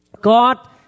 God